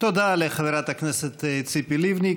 תודה לחברת הכנסת ציפי לבני.